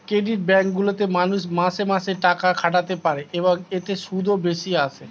credit bank গুলিতে মানুষ মাসে মাসে টাকা খাটাতে পারে, এবং এতে সুদও বেশি আসে